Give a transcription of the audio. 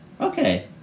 Okay